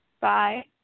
Bye